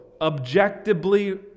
objectively